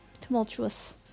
tumultuous